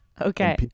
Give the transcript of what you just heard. Okay